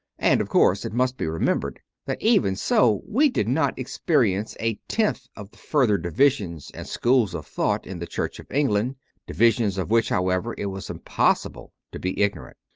and, of course, it must be remembered that even so we did not experience a tenth of the further divisions and schools of thought in the church of england divisions of which, however, it was impossible to be ignorant.